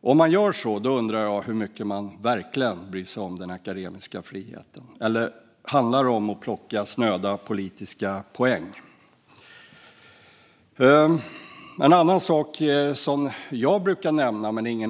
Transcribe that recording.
Om man gör så undrar jag hur mycket man verkligen bryr sig om den akademiska friheten. Eller handlar det om att plocka snöda politiska poäng? En annan sak som jag, men ingen annan, brukar